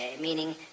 meaning